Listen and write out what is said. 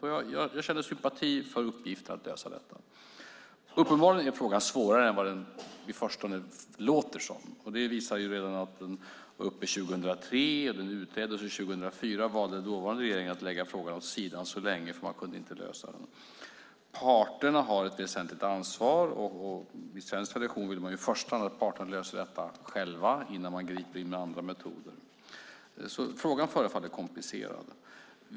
Jag känner sympati för uppgiften att lösa detta. Uppenbarligen är frågan svårare än den i förstone låter som. Det visar redan det faktum att den var uppe 2003, och efter utredning 2004 valde den dåvarande regeringen att lägga frågan åt sidan så länge, för man kunde inte lösa den. Parterna har ett väsentligt ansvar, och i svensk tradition vill man ju i första hand att parterna löser detta själva innan man griper in med andra metoder. Frågan förefaller alltså komplicerad.